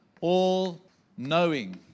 all-knowing